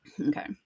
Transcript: okay